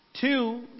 Two